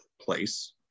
place